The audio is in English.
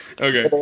Okay